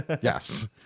Yes